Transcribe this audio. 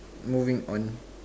moving on